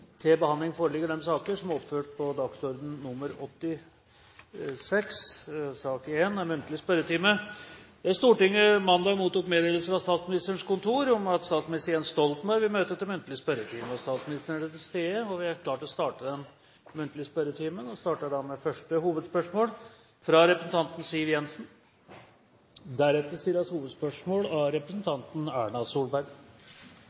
til stede og vil ta sete. Stortinget mottok mandag meddelelse fra Statsministerens kontor om at statsminister Jens Stoltenberg vil møte til muntlig spørretime. Statsministeren er til stede, og vi er klare til å starte den muntlige spørretimen. Vi starter med første hovedspørsmål, fra representanten Siv Jensen.